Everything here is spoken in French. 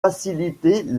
faciliter